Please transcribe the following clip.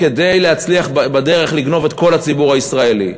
כדי להצליח בדרך לגנוב את כל הציבור הישראלי.